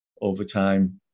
overtime